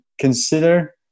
consider